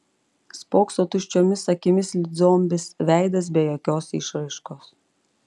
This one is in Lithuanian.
spokso tuščiomis akimis it zombis veidas be jokios išraiškos